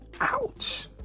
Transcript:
Ouch